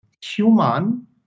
Human